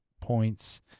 points